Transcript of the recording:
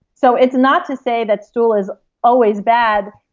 so it's not to say that stool is always bad.